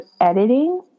editing